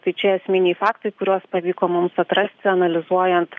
tai čia esminiai faktai kuriuos pavyko mums atrasti analizuojant